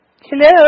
Hello